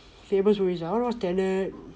I want to watch Tenet